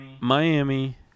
Miami